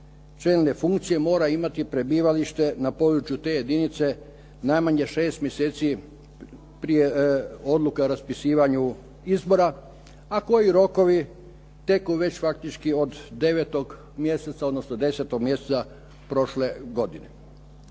čelne funkcije mora imati prebivalište na području te jedinice najmanje 6 mjeseci prije odluke o raspisivanju izbora, a koji rokovi teku već faktički od 9. mjeseca, odnosno 10. mjeseca prošle godine.